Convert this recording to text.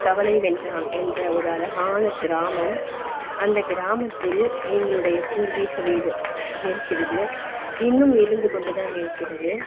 கவலைவென்றான் என்ற ஒரு அழகான கிராமம் அந்த கிராமத்தில் எங்களுடைய பூர்வீக வீடு இருக்கிறது இன்னும் இருந்து கொண்டுதான் இருக்கிறது